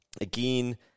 Again